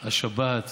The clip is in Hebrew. השבת.